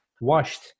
washed